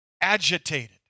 agitated